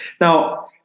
Now